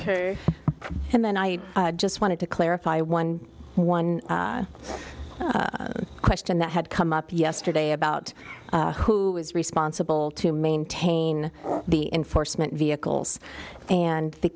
ok and then i just wanted to clarify one one question that had come up yesterday about who is responsible to maintain the enforcement vehicles and the